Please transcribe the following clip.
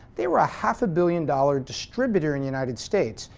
they were a half a billion dollar distributor in the united states,